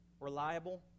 reliable